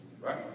right